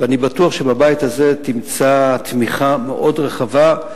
ואני בטוח שבבית הזה תמצא תמיכה מאוד רחבה,